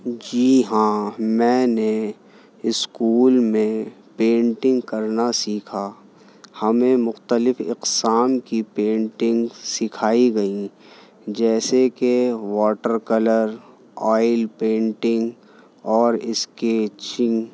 جی ہاں میں نے اسکول میں پینٹنگ کرنا سیکھا ہمیں مختلف اقسام کی پینٹنگ سکھائی گئیں جیسے کہ واٹر کلر آئل پینٹنگ اور اسکیچنگ